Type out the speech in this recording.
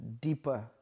deeper